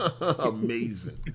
Amazing